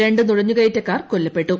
രണ്ട് നുഴഞ്ഞുകയറ്റക്കാർ ക്കൊല്ലപ്പെട്ടു